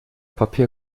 papier